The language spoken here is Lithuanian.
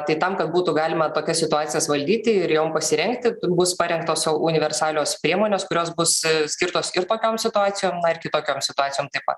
tai tam kad būtų galima tokias situacijas valdyti ir jom pasirengti bus parengtos universalios priemonės kurios bus skirtos ir tokiom situacijom na ir kitokiom situacijom taip pat